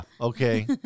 Okay